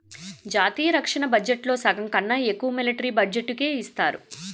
జాతీయ రక్షణ బడ్జెట్లో సగంకన్నా ఎక్కువ మిలట్రీ బడ్జెట్టుకే ఇస్తారు